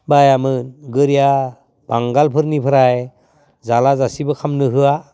बाया मोन गोरिया बांगालफोरनिफ्राय जाला जासिबो खामनो होआ